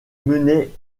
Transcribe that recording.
menait